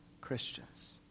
Christians